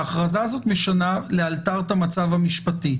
ההכרזה הזאת משנה לאלתר את המצב המשפטי.